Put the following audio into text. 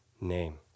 name